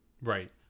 Right